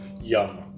Yum